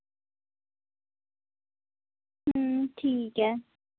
ठीक ऐ